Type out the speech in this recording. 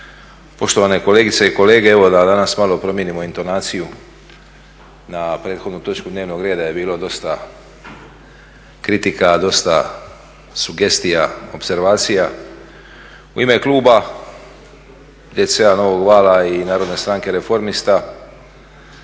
poštovane kolegice i kolege. Evo da danas malo promijenimo intonaciju, na prethodnu točku dnevnog reda je bilo dosta kritika, dosta sugestija, opservacija. U ime kluba DC-a, Novog vala i Narodne stranke reformista